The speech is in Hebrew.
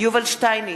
יובל שטייניץ,